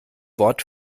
wort